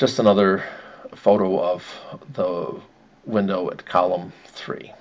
just another photo of the window at column three